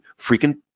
freaking